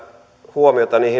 huomiota niihin